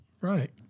Right